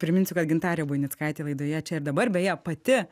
priminsiu kad gintarė buinickaitė laidoje čia ir dabar beje pati